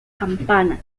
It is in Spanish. campana